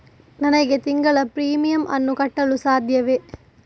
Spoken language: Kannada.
ನನಗೆ ತಿಂಗಳ ಪ್ರೀಮಿಯಮ್ ಅನ್ನು ಕಟ್ಟಲು ಸಾಧ್ಯವೇ?